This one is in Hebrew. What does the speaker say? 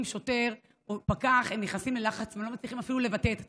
שוטר או פקח הם נכנסים ללחץ ולא מצליחים אפילו לבטא את עצמם.